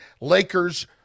Lakers